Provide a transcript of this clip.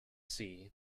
see